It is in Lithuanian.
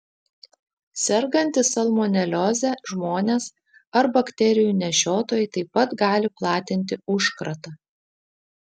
sergantys salmonelioze žmonės ar bakterijų nešiotojai taip pat gali platinti užkratą